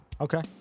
Okay